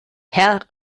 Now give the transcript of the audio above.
herr